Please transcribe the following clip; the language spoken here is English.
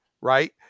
right